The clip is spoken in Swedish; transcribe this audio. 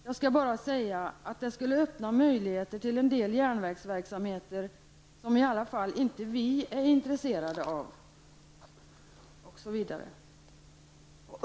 Jag skall bara säga att det skulle öppna möjligheter till en del järnvägsverksamheter som i alla fall inte vi är intresserade av.''